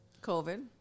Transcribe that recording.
COVID